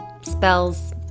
spells